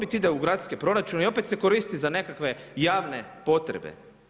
ide u gradski proračun i opet se koristi za nekakve javne potrebe.